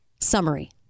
Summary